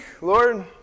Lord